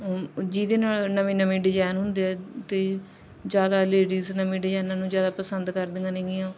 ਜਿਹਦੇ ਨਾਲ ਨਵੇਂ ਨਵੇਂ ਡਿਜ਼ਾਇਨ ਹੁੰਦੇ ਅਤੇ ਜ਼ਿਆਦਾ ਲੇਡੀਜ਼ ਨਵੇਂ ਡਿਜ਼ਾਇਨਾਂ ਨੂੰ ਜ਼ਿਆਦਾ ਪਸੰਦ ਕਰਦੀਆਂ ਨੇਗੀਆਂ